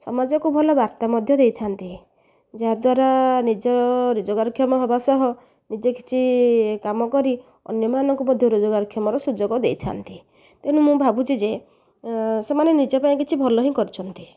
ସମାଜକୁ ଭଲ ବାର୍ତ୍ତା ମଧ୍ୟ ଦେଇଥାନ୍ତି ଯାହା ଦ୍ୱାରା ନିଜ ରୋଜଗାର କ୍ଷମ ହେବା ସହ ନିଜେ କିଛି କାମ କରି ଅନ୍ୟମାନଙ୍କୁ ମଧ୍ୟ ରୋଜଗାର କ୍ଷମର ସୁଯୋଗ ଦେଇଥାନ୍ତି ତେଣୁ ମୁଁ ଭାବୁଛି ଯେ ସେମାନେ ନିଜ ପାଇଁ କିଛି ଭଲ ହିଁ କରିଛନ୍ତି